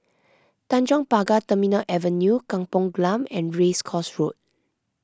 Tanjong Pagar Terminal Avenue Kampung Glam and Race Course Road